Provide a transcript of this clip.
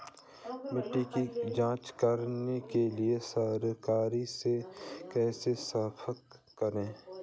मिट्टी की जांच कराने के लिए सरकार से कैसे संपर्क करें?